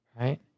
right